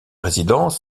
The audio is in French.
résidents